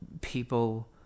people